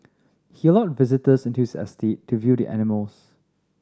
he allowed visitors into his estate to view the animals